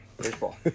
Baseball